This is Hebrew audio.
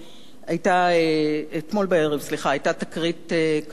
אתמול בערב היתה תקרית קשה,